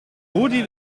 rudi